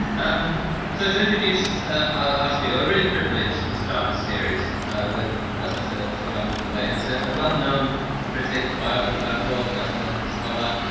um so to introduce ah our speaker we're really privileged to start this series with professor sir so jonathan bate. he's a well-known critic, biographer, broadcaster, scholar.